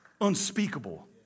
unspeakable